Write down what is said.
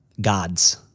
God's